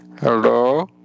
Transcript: Hello